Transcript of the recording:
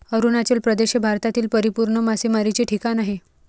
अरुणाचल प्रदेश हे भारतातील परिपूर्ण मासेमारीचे ठिकाण आहे